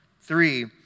Three